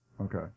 Okay